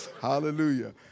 Hallelujah